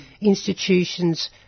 institutions